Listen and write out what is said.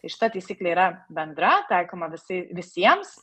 tai šita taisyklė yra bendra taikoma visi visiems